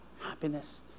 happiness